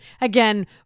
again